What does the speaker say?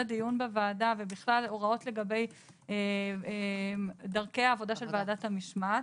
הדיון בוועדה ובכלל הוראות לגבי דרכי העבודה של ועדת המשמעת.